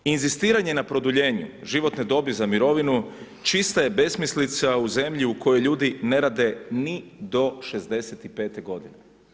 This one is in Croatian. Inzistiranje na produljenju životne dobi za mirovinu čista je besmislica u zemlji u kojoj ljudi ne rade ni do 65 godine.